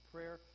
Prayer